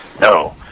no